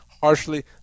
harshly